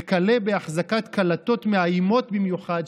וכלה בהחזקת קלטות מאיימות במיוחד,